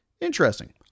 Interesting